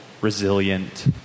resilient